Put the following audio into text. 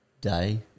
day